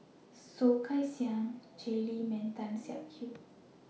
Soh Kay Siang Jay Lim and Tan Siak Kew